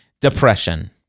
depression